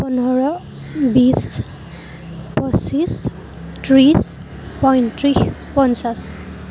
পোন্ধৰ বিশ পঁচিছ ত্ৰিছ পঁয়ত্ৰিছ পঞ্চাছ